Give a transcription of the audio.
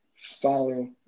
follow